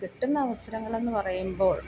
കിട്ടുന്ന അവസരങ്ങൾ എന്ന് പറയുമ്പോൾ